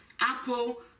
Apple